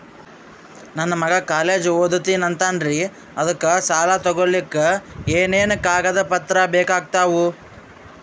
ನನ್ನ ಮಗ ಕಾಲೇಜ್ ಓದತಿನಿಂತಾನ್ರಿ ಅದಕ ಸಾಲಾ ತೊಗೊಲಿಕ ಎನೆನ ಕಾಗದ ಪತ್ರ ಬೇಕಾಗ್ತಾವು?